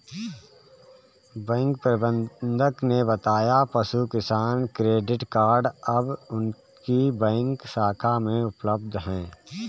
bank प्रबंधक ने बताया पशु किसान क्रेडिट कार्ड अब उनकी बैंक शाखा में उपलब्ध है